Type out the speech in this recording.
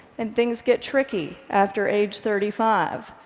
and things get tricky after age thirty five.